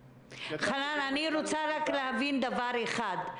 חנן, אני רוצה רק להבין דבר אחד.